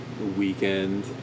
Weekend